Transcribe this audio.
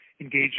engage